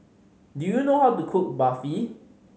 do you know how to cook Barfi